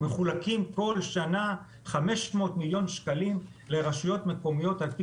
מחולקים בכל שנה 500 מיליון שקלים לרשויות מקומיות על פי